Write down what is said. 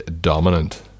dominant